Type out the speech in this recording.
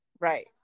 right